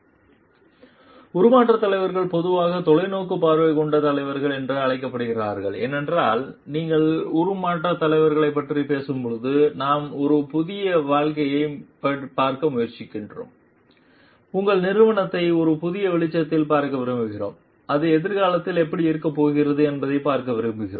slide நேரம் 1233 பார்க்கவும் உருமாற்றத் தலைவர்கள் பொதுவாக தொலைநோக்குப் பார்வை கொண்ட தலைவர்கள் என்று அழைக்கப்படுகிறார்கள் ஏனென்றால் நீங்கள் உருமாற்ற மாற்றங்களைப் பற்றிப் பேசும்போது நாம் ஒரு புதிய வாழ்க்கையைப் பார்க்க முயற்சிக்கிறோம் உங்கள் நிறுவனத்தை ஒரு புதிய வெளிச்சத்தில் பார்க்க விரும்புகிறோம் அது எதிர்காலத்தில் எப்படி இருக்கப் போகிறது என்பதைப் பார்க்க விரும்புகிறோம்